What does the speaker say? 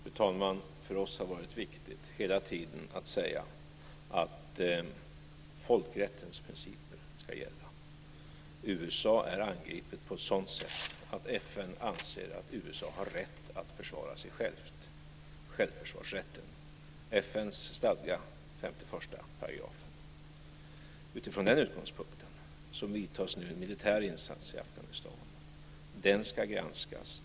Fru talman! För oss har det varit viktigt att hela tiden säga att folkrättens principer ska gälla. USA är angripet på ett sådant sätt att FN anser att USA har rätt att försvara sig självt - självförsvarsrätten, FN:s stadga, 51 §. Utifrån den utgångspunkten görs nu en militär insats i Afghanistan.